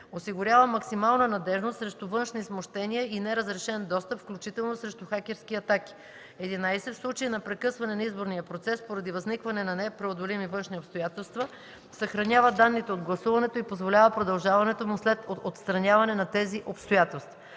осигурява максимална надеждност срещу външни смущения и неразрешен достъп, включително срещу хакерски атаки; 11. в случай на прекъсване на изборния процес поради възникване на непреодолими външни обстоятелства, съхранява данните от гласуването и позволява продължаването му след отстраняване на тези обстоятелства;